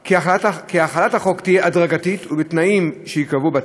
כי החלת החוק תהיה הדרגתית ובתנאים שייקבעו בצו,